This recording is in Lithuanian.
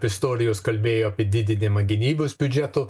pistorius kalbėjo apie didinimą gynybos biudžeto